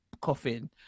coffin